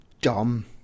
dumb